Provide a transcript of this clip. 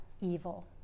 evil